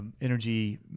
energy